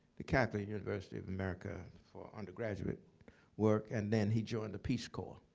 the catholic university of america for undergraduate work, and then he joined the peace corps.